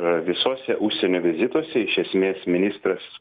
visuose užsienio vizituose iš esmės ministras